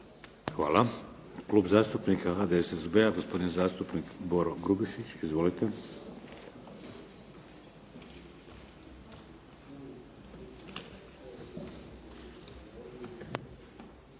Hvala. Klub zastupnika HDSSB-a, gospodin zastupnik Boro Grubišić. Izvolite.